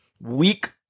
weak